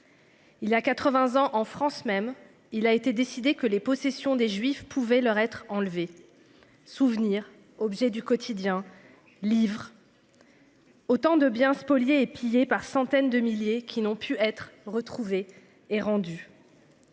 Il y a 80 ans en France même, il a été décidé que les possession des juifs pouvait leur être enlevés. Souvenirs, objets du quotidien. Livre. Autant de biens spoliés et pillé par centaines de milliers qui n'ont pu être retrouvés et rendus.